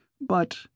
but—